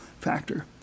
factor